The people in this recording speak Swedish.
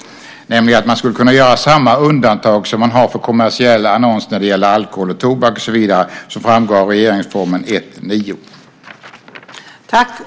Vi har tänkt oss att man skulle kunna göra samma undantag som man har för kommersiella annonser när det gäller alkohol och tobak och så vidare, som framgår av tryckfrihetsförordningen 1 kap. 9 §.